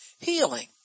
healing